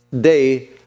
day